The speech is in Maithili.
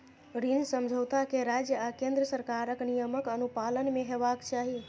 ऋण समझौता कें राज्य आ केंद्र सरकारक नियमक अनुपालन मे हेबाक चाही